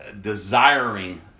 desiring